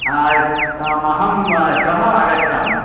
अहं श्वः आगच्छामि